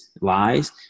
lies